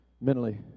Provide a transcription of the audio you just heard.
mentally